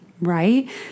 Right